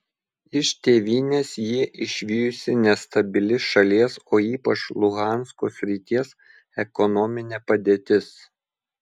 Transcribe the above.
iš tėvynės jį išvijusi nestabili šalies o ypač luhansko srities ekonominė padėtis